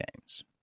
games